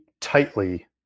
tightly